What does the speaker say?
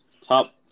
top